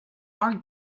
our